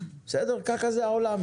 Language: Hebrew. ככה זה העולם,